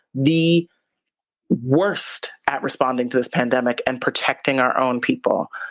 the worst at responding to this pandemic and protecting our own people.